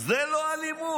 זה לא אלימות.